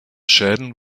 schäden